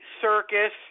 circus